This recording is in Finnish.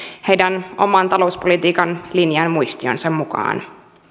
heidän oman talouspolitiikan linjan muistionsa mukaan